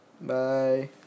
Bye